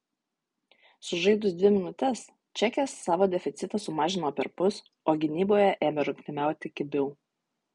sužaidus dvi minutes čekės savo deficitą sumažino perpus o gynyboje ėmė rungtyniauti kibiau